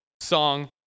song